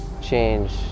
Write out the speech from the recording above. change